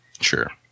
Sure